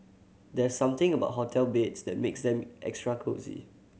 there's something about hotel beds that makes them extra cosy